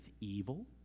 evil